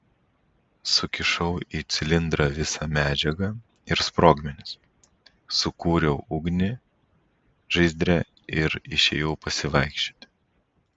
sukišau į cilindrą visą medžiagą ir sprogmenis sukūriau ugnį žaizdre ir išėjau pasivaikščioti